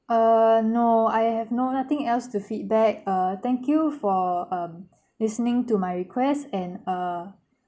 err no I have no nothing else to feedback uh thank you for um listening to my requests and err